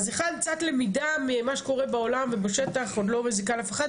אז אחד קצת למידה ממה שקורה בעולם ובשטח לא מזיקה לאף אחד,